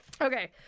Okay